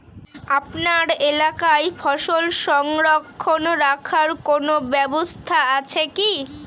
আপনার এলাকায় ফসল সংরক্ষণ রাখার কোন ব্যাবস্থা আছে কি?